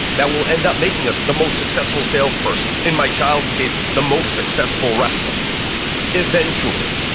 that will end up making us the most successful salesperson. in my child's case, the most successful wrestler eventually.